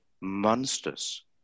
monsters